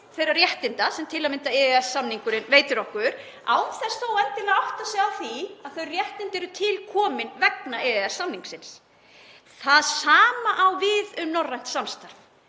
þeirra réttinda sem til að mynda EES-samningurinn veitir okkur án þess þó endilega að átta sig á því að þau réttindi eru til komin vegna EES-samningsins. Það sama á við um norrænt samstarf.